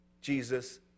Jesus